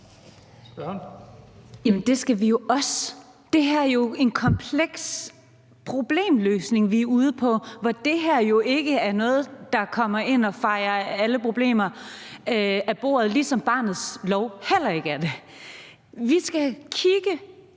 det skal vi jo også. Det er jo en kompleks problemløsning, vi er ude i, hvor det her jo ikke er noget, der kommer ind og fejer alle problemer af bordet – ligesom barnets lov heller ikke gør det. Vi skal kigge